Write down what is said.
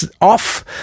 off